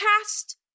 cast